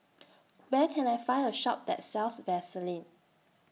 Where Can I Find A Shop that sells Vaselin